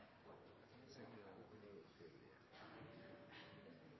tak i